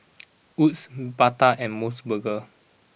Wood's Bata and Mos Burger